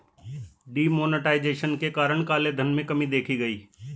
D monetization के कारण काले धन में कमी देखी गई